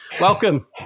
Welcome